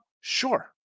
Sure